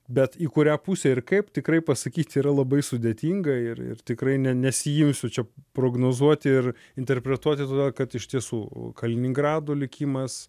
bet į kurią pusę ir kaip tikrai pasakyti yra labai sudėtinga ir ir tikrai ne nesiimsiu čia prognozuoti ir interpretuoti todėl kad iš tiesų kaliningrado likimas